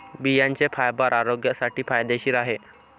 बियांचे फायबर आरोग्यासाठी फायदेशीर आहे